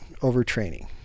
overtraining